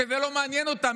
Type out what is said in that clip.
שזה לא מעניין אותם,